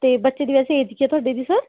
ਅਤੇ ਬੱਚੇ ਦੀ ਵੈਸੇ ਏਜ਼ ਕਿਆ ਹੈ ਤੁਹਾਡੇ ਦੀ ਸਰ